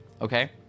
Okay